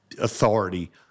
authority